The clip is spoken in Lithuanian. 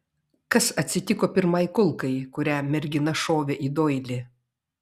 kas atsitiko pirmai kulkai kurią mergina šovė į doilį